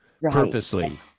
Purposely